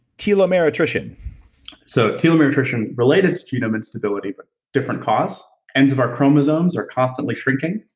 telomere attrition so, telomere attrition, related to genome instability, but different cause. ends of our chromosomes are constantly shrinking.